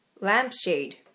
Lampshade